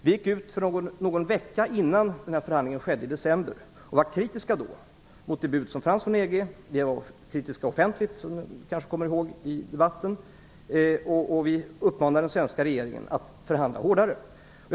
I december, någon vecka innan denna förhandling skedde, gick vi ut och kritiserade det bud som fanns från EG. Vi framförde vår kritik offentligt i debatten, som Krister Skånberg kanske kommer ihåg. Vi uppmanade den svenska regeringen att vara hårdare i förhandlingen.